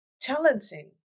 challenging